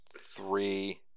three